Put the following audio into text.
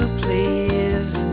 please